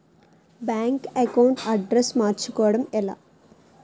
Bank account address మార్చుకోవడం ఎలా?